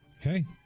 Okay